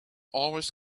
always